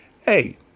Hey